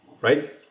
right